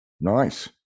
nice